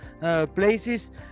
places